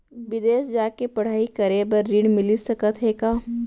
बिदेस जाके पढ़ई करे बर ऋण मिलिस सकत हे का?